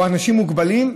או אנשים מוגבלים,